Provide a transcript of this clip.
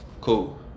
Cool